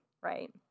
right